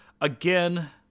again